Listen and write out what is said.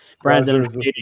Brandon